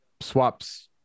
swaps